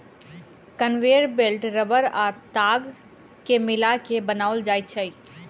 conveyor belt रबड़ आ ताग के मिला के बनाओल जाइत छै